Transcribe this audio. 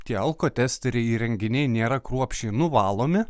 tie alkotesteriai įrenginiai nėra kruopščiai nuvalomi